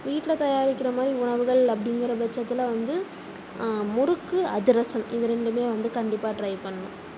வீட்டில் தயாரிக்கிற மாதிரி உணவுகள் அப்படிங்கிற பட்சத்தில் வந்து முறுக்கு அதிரசம் இது ரெண்டுமே வந்து கண்டிப்பாக ட்ரை பண்ணனும்